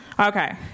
Okay